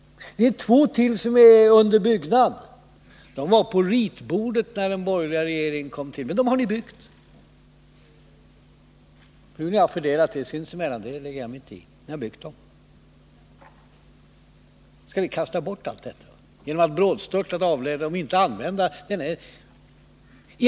Det är två till som är under byggnad. De var på ritbordet när den borgerliga regeringen kom till, men dem har ni satt i gång att bygga. Hur ni sinsemellan har fördelat ansvaret för det lägger jag mig inte i. Men ni har byggt dem! Skall vi kasta bort allt detta genom att brådstörtat avträda från tidigare linje och inte använda dem?